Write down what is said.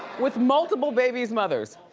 with multiple baby's mothers.